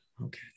Okay